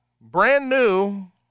brand-new